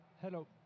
Hello